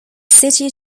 city